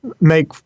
make